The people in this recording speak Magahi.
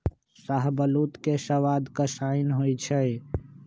शाहबलूत के सवाद कसाइन्न होइ छइ